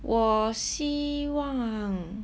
我希望